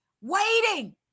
Waiting